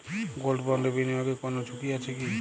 Gold বন্ডে বিনিয়োগে কোন ঝুঁকি আছে কি?